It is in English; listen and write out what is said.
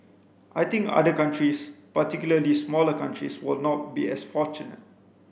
I think other countries particularly smaller countries will not be as fortunate